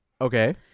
okay